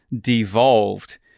devolved